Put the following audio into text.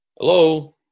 Hello